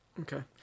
Okay